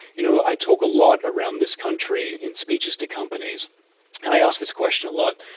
you know i talk a lot around this country in speeches to companies and i ask this question a lot.